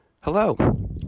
Hello